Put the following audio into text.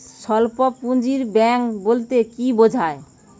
স্বল্প পুঁজির ব্যাঙ্ক বলতে কি বোঝায়?